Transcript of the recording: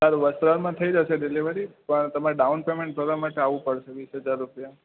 સારું વસ્ત્રાલમાં થઈ જશે ડિલેવરી પણ તમે ડાઉન પેમેન્ટ ભરવા માટે આવું પડશે વીસ હજાર રૂપિયા